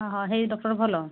ହଁ ହେଇ ଡକ୍ଟର ଭଲ